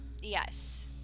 Yes